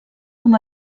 com